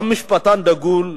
גם משפטן דגול,